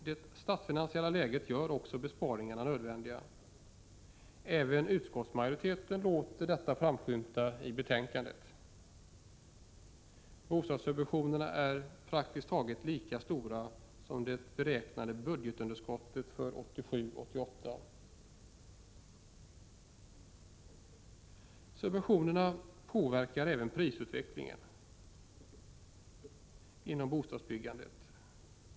Det statsfinansiella läget gör också besparingarna nödvändiga. Även utskottsmajoriteten låter detta framskymta i betänkandet. Bostadssubventionerna är praktiskt taget lika stora som det beräknade budgetunderskottet 1987/88. Subventionerna påverkar även prisutvecklingen inom bostadsbyggandet.